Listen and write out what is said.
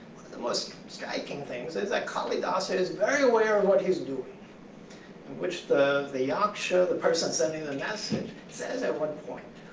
the most striking things is that kalidasa is very aware of what he's doing. and which the the yaksha, the person sending the message, says at one point,